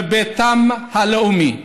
בביתם הלאומי.